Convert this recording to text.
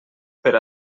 per